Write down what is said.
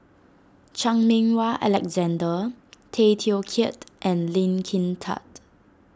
Chan Meng Wah Alexander Tay Teow Kiat and Lee Kin Tat